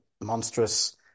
monstrous